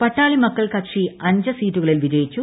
പട്ടാളി മക്കൾ കച്ചി അഞ്ച് സീറ്റുകളിൽ വിജയിച്ചു